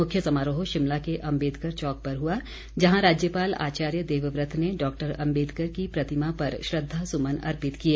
मुख्य समारोह शिमला के अम्बेदकर चौक पर हुआ जहां राज्यपाल आचार्य देवव्रत ने डॉक्टर अम्बेदकर की प्रतिमा पर श्रद्वासुमन अर्पित किए